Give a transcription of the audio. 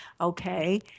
okay